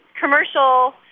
commercial